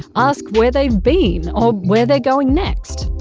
ask where they've been or where they're going next.